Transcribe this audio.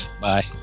bye